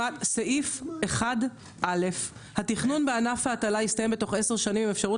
סעיף 1(א) התכנון בענף ההטלה יסתיים בתוך עשר שנים עם אפשרות